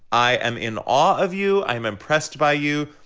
i am in awe of you, i'm impressed by you,